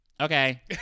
Okay